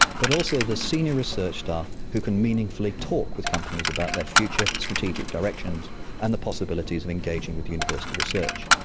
but also the senior research staff who can meaningfully talk with companies about their future strategic directions and the possibilities of engaging with university research.